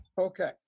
Okay